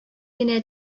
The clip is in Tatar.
генә